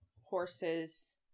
horses